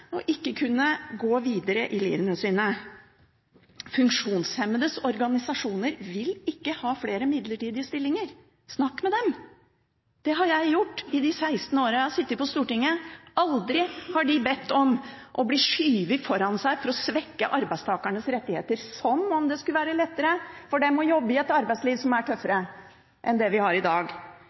og ikke kunne gå videre i livene sine. Funksjonshemmedes organisasjoner vil ikke ha flere midlertidige stillinger. Snakk med dem! Det har jeg gjort i de 16 årene jeg har sittet på Stortinget. Aldri har de bedt om å bli skjøvet foran for å svekke arbeidstakernes rettigheter, som om det skulle være lettere for dem å jobbe i et arbeidsliv som er tøffere enn det vi har i dag.